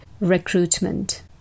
recruitment